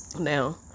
now